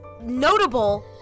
notable